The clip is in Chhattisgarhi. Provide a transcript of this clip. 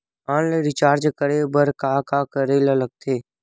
ऑनलाइन रिचार्ज करे बर का का करे ल लगथे?